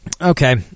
Okay